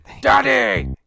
Daddy